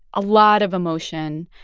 a lot of emotion.